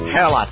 Hell